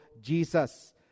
Jesus